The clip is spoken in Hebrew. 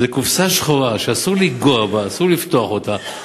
שזה קופסה שחורה שאסור לנגוע בה, אסור לפתוח אותה.